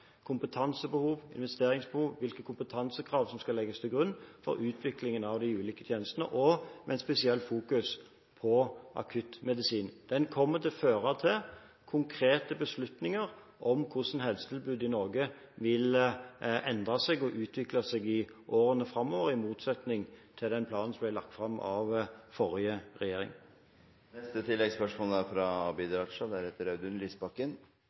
kompetansebehov, investeringsbehov og hvilke kompetansekrav som skal legges til grunn for utviklingen av de ulike tjenestene, med et spesielt fokus på akuttmedisin. Det kommer til å føre til konkrete beslutninger om hvordan helsetilbudet i Norge vil endre seg og utvikle seg i årene framover – i motsetning til den planen som ble lagt fram av den forrige